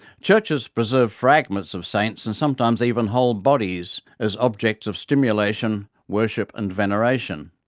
churches preserve fragments of saints, and sometimes even whole bodies, as objects of stimulation, worship and veneration.